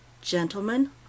gentlemen